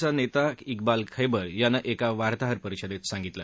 चा नेता विबाल खैबर यानं एका वार्ताहर परिषदेत सांगितलं